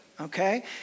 okay